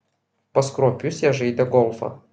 pas kruopius jie žaidė golfą